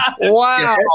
Wow